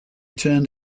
turned